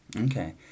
Okay